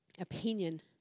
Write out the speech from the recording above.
opinion